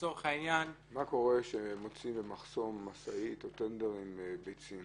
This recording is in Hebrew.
מה קורה כשמוצאים במחסום משאית או טנדר עם ביצים?